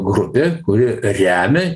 grupė kuri remia